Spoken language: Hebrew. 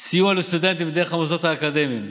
סיוע לסטודנטים דרך המוסדות האקדמיים,